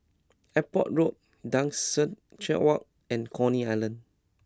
Airport Road Duchess Walk and Coney Island